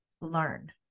learn